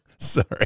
Sorry